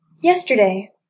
Yesterday